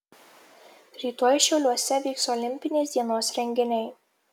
rytoj šiauliuose vyks olimpinės dienos renginiai